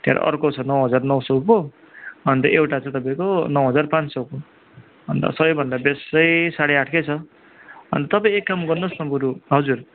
त्यहाँबाट अर्को छ नौ हजार नौ सयको अन्त एउटा छ तपाईँको नौ हजार पाँच सयको अन्त सब भन्दा बेस्ट चाहिँ साढे आठको छ अन्त तपाईँ एक काम गर्नु होस् न बरु हजुर